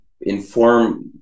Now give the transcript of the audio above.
inform